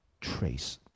trace